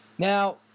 Now